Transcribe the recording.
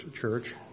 church